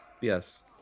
Yes